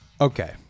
okay